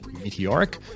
meteoric